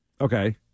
Okay